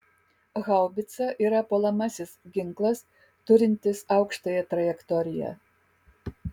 haubica yra puolamasis ginklas turintis aukštąją trajektoriją